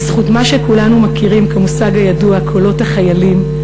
בזכות מה שכולנו מכירים כמושג הידוע "קולות החיילים",